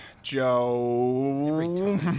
Joe